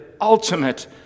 ultimate